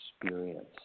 experience